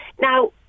Now